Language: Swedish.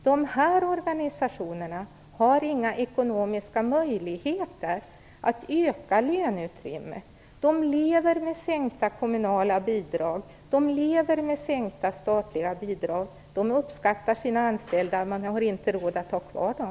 De här organisationerna har inga ekonomiska möjligheter att öka löneutrymmet. De lever med sänkta kommunala och statliga bidrag, och de uppskattar sina anställda men har inte råd att ha kvar dem.